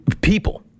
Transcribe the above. people